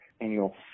annual